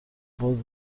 باز